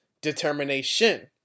determination